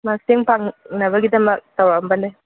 ꯃꯇꯦꯡ ꯄꯥꯡꯅꯕꯒꯤꯗꯃꯛ ꯇꯧꯔꯛꯑꯝꯕꯅꯦ